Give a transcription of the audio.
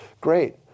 Great